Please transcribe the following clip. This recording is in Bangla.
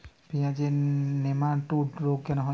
পেঁয়াজের নেমাটোড রোগ কেন হয়?